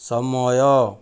ସମୟ